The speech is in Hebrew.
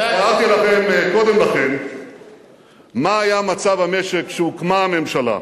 אמרתי לכם קודם לכן מה היה מצב המשק כשהוקמה הממשלה,